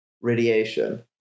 radiation